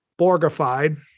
Borgified